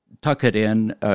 tuck-it-in